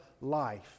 life